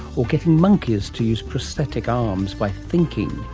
or getting monkeys to use prosthetic arms by thinking.